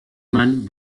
man